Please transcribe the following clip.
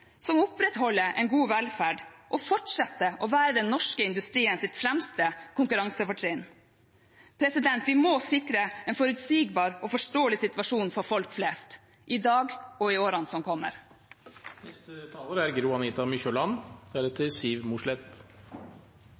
som opprettholder en god velferd og fortsetter å være den norske industriens fremste konkurransefortrinn. Vi må sikre en forutsigbar og forståelig situasjon for folk flest – i dag og i årene som kommer. Regjeringen er